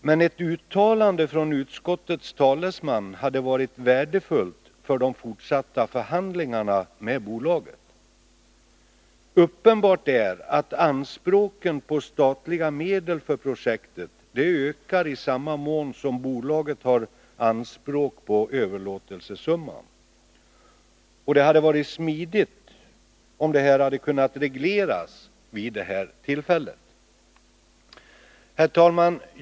Men ett uttalande från utskottets talesman hade varit värdefullt för de fortsatta förhandlingarna med bolaget. Uppenbart är att anspråken på statliga medel för projektet ökar i samma mån som bolaget ställer anspråk på överlåtelsesumman. Detta hade smidigt kunnat regleras vid det här tillfället. Herr talman!